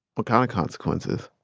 what kind of consequences?